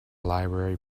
library